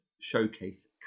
showcase